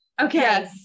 Okay